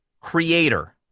creator